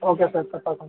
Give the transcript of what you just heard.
okay sir తప్పకుండా